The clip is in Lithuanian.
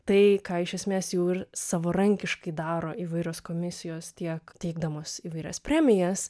tai ką iš esmės jau ir savarankiškai daro įvairios komisijos tiek teikdamos įvairias premijas